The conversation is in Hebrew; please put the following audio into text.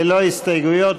ללא הסתייגויות,